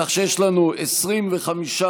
כך שיש לנו 25 בעד,